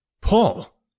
Paul